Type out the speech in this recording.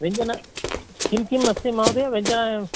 व्यञ्जनं किं किम् अस्ति महोदय व्यञ्जनम्